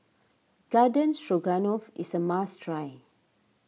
Garden Stroganoff is a must try